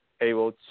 able